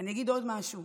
ואני אגיד עוד משהו,